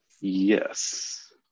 Yes